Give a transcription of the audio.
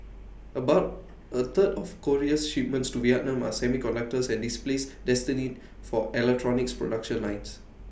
about A third of Korea's shipments to Vietnam are semiconductors and displays destined for electronics production lines